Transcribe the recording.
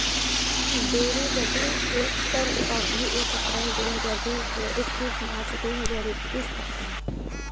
dairy बदे एकर अवधी एक अप्रैल दू हज़ार बीस से इकतीस मार्च दू हज़ार इक्कीस तक क हौ